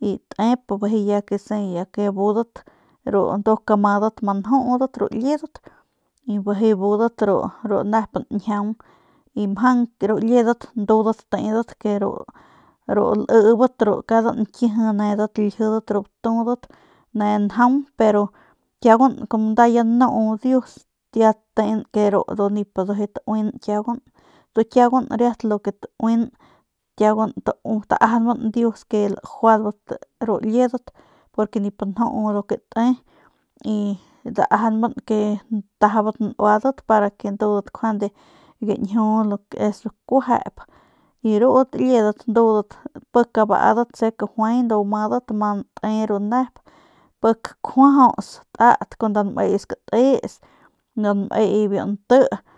y tep y bijiy que se ya budat ru nduk amadat ama njudat ru liedat y bijiy budat ru nep njiaung y mjang que rudat liedat ndudat tedat ke ru libat ke cada nkiji nedat laljidat ru batudat ne njaung pero kiauguan como ya nda nu dius ya teng ke ru ndujuy nip tauin kiaguan ntuns kiagun lo ke tauin kiaugun taajaunban dius ke lajuadbat ru liedat porque nip nju lo ke te y taajanban ke lantajabat nuadat para ke ndudat njuande gañjiu lo ke es kuejep y rudat liedat ndudat pik abadat se kajuay ndudat amadat pik te ru nep pik kjuajauts tat biu nme skatis biu nme biu nti nti.